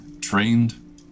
trained